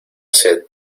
sed